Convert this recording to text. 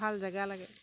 ভাল জাগা লাগে